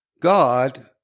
God